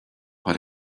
what